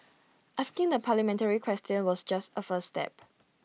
asking the parliamentary question just A first step